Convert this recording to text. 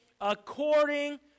according